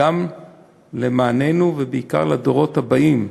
וגם למעננו, ובעיקר לדורות הבאים.